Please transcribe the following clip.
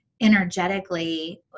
energetically